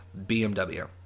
BMW